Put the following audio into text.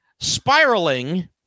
spiraling